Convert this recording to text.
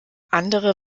andere